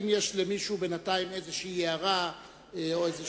אם יש למישהו בינתיים איזו הערה או איזו